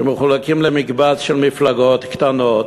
שמחולקים למקבץ של מפלגות קטנות,